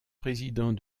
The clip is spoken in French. président